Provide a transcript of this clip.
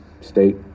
state